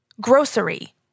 Grocery